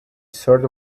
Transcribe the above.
sort